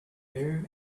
there